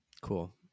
Cool